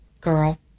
Girl